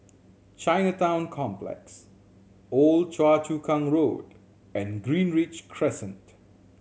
Chinatown Complex Old Choa Chu Kang Road and Greenridge Crescent